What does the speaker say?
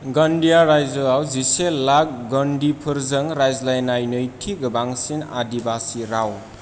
गोंडीआ रायजोयाव जिसे लाख गोंडीफोरजों रायज्लायजानाय नैथि गोबांसिन आदिबासी राव